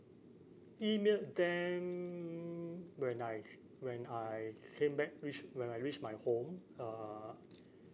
emailed them when I when I came back which when I reached my home uh